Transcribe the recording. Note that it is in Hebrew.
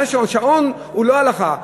שעון הוא לא הלכה,